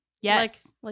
Yes